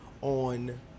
on